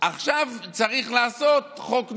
עכשיו צריך לעשות חוק נורבגי.